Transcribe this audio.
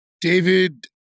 David